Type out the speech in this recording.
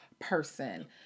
person